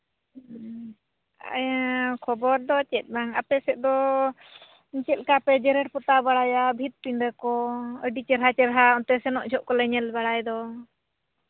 ᱦᱮᱸ ᱠᱷᱚᱵᱚᱨ ᱫᱚ ᱪᱮᱫ ᱵᱟᱝ ᱟᱯᱮ ᱥᱮᱫ ᱫᱚ ᱪᱮᱫ ᱞᱮᱠᱟ ᱯᱮ ᱡᱮᱨᱮᱲ ᱯᱚᱛᱟᱣ ᱵᱟᱲᱟᱭᱟ ᱵᱷᱤᱛ ᱯᱤᱸᱰᱟᱹ ᱠᱚ ᱟᱹᱰᱤ ᱪᱮᱦᱨᱟ ᱪᱮᱦᱨᱟ ᱥᱮᱱᱚᱜ ᱡᱚᱦᱚᱜ ᱞᱮ ᱧᱮᱞ ᱵᱟᱲᱟᱭ ᱫᱚ